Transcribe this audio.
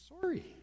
sorry